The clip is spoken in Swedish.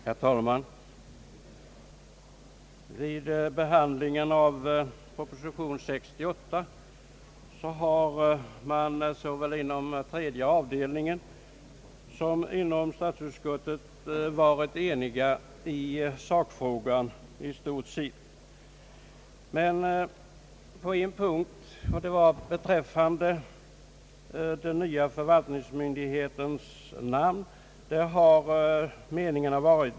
Herr talman! Vid behandlingen av proposition nr 68 har man i stort sett varit ense i sakfrågan såväl inom tredje avdelningen som inom statsutskottet. Men på en punkt har meningarna blivit delade, nämligen beträffande den nya förvaltningsmyndighetens namn.